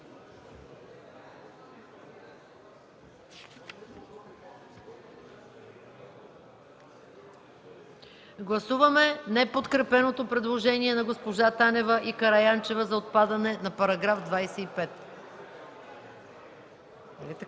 Гласуваме неподкрепеното предложение на госпожа Танева и Караянчева за отпадане на § 25.